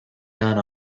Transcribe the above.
done